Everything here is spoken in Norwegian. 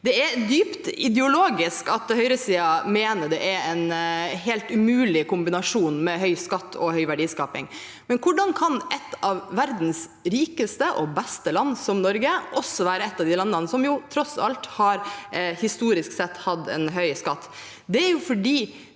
Det er dypt ideologisk at høyresiden mener det er en helt umulig kombinasjon med høy skatt og høy verdiskaping. Men hvordan kan et av verdens rikeste og beste land, som Norge, også være et av de landene som, tross alt, historisk sett har hatt en høy skatt?